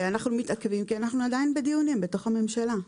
אנחנו מתעכבים כי אנחנו עדיין בדיונים בתוך הממשלה,